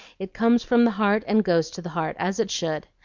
it comes from the heart and goes to the heart, as it should.